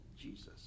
Jesus